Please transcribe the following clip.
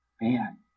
man